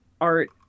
art